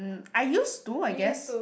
um I used to I guess